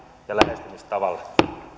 ja lähestymistavalla